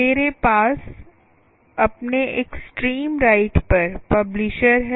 मेरे पास अपने एक्सट्रीम राइट पर पब्लिशर है